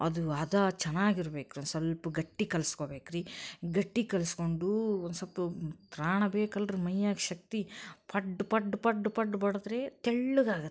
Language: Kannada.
ಅದು ಹದ ಚೆನ್ನಾಗಿರ್ಬೇಕು ಸ್ವಲ್ಪ ಗಟ್ಟಿ ಕಲ್ಸ್ಕೊಬೇಕು ರೀ ಗಟ್ಟಿ ಕಲಿಸ್ಕೊಂಡು ಒಂದು ಸ್ವಲ್ಪ ತ್ರಾಣ ಬೇಕಲ್ಲ ರೀ ಮೈಯ್ಯಾಗ ಶಕ್ತಿ ಪಡ್ ಪಡ್ ಪಡ್ ಪಡ್ ಬಡಿದ್ರೆ ತೆಳ್ಳಗಾಗತ್ತೆ ರೀ